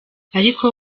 ariko